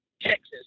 Texas